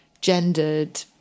gendered